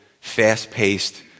fast-paced